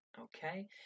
okay